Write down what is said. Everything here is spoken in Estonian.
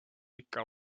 ikka